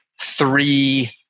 three